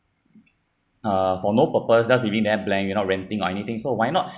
uh for no purpose thus giving them a plan you not renting or anything so why not